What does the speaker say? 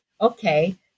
okay